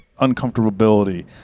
uncomfortability